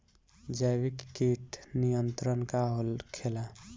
जैविक कीट नियंत्रण का होखेला?